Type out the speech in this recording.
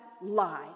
lie